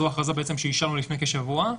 זו הכרזה שאישרנו לפני כשבוע,